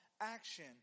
action